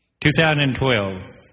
2012